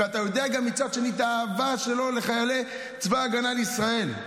ואתה יודע מצד שני את האהבה שלו לחיילי צבא ההגנה לישראל.